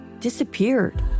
disappeared